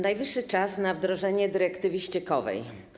Najwyższy czas na wdrożenie dyrektywy ściekowej.